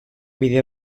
bide